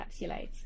encapsulates